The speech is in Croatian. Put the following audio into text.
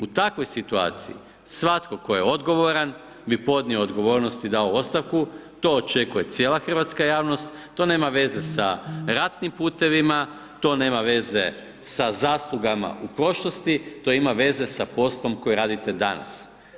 U takvoj situaciji svatko tko je odgovoran bi podnio odgovornost i dao ostavku, to očekuje cijela hrvatska javnost, to nema veze sa ratnim putevima, to nema veze sa zaslugama u prošlosti, to ima veze sa poslom koji radite danas.